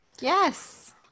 Yes